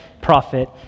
prophet